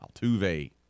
Altuve